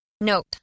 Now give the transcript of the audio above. Note